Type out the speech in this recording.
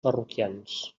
parroquians